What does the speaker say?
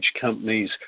companies